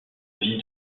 vie